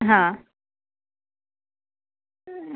હા